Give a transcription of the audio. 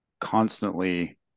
constantly